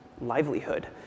livelihood